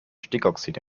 stickoxide